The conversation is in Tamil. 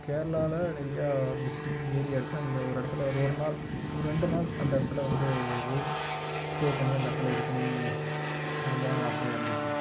கேரளால நிறையா விசிட்டிங் ஏரியா இருக்குது அங்கே ஒரு இடத்தில் ரோ ஒரு நாள் ஒரு ரெண்டு நாள் அந்த இடத்தில் வந்து ரூம் ஸ்டே பண்ணி அந்த இடத்தில் இருக்கணும்னு ஓ ரொம்ப நாள் ஆசையாக இருந்துச்சு